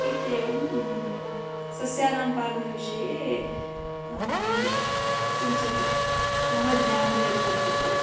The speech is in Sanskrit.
इत्येवं सस्यानां पालनविषये किञ्चित् मम ज्ञानं यद्वर्तते